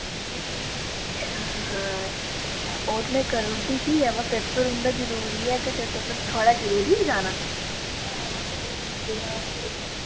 अच्छा अवा ओह् ते में करूड़दी ही हां अवा पेपर उं'दा जरूरी ऐ ते तुस थोआढ़ा जरूरी ऐ जाना